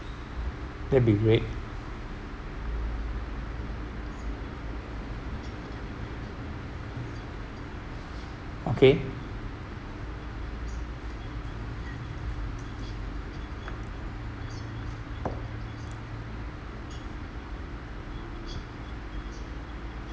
that'll be great okay